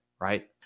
right